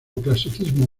clasicismo